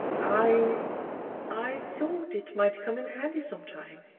i i thought it might come in handy sometime,